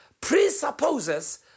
presupposes